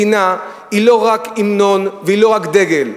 מדינה היא לא רק המנון והיא לא רק דגל.